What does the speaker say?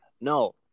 no